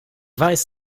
weiß